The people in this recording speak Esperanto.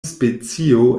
specio